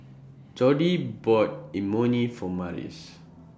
Jordi bought Imoni For Marius